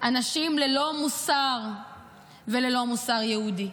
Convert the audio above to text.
אנשים ללא מוסר וללא מוסר יהודי.